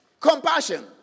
compassion